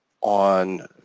on